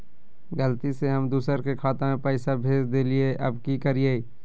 गलती से हम दुसर के खाता में पैसा भेज देलियेई, अब की करियई?